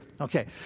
Okay